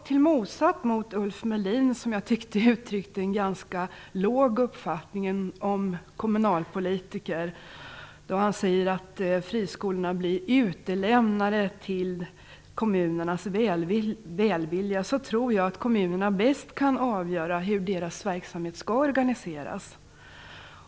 Jag tycker att Ulf Melin uttryckte en ganska låg uppfattning om kommunalpolitiker när han sade att friskolorna blir utlämnade till kommunernas välvilja. Jag tror att kommunerna är de som bäst kan avgöra hur deras verksamhet skall organiseras.